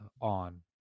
On